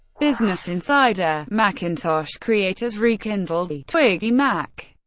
business insider macintosh creators rekindle the twiggy mac.